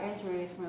injuries